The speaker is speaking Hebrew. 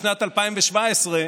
משנת 2017,